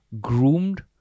groomed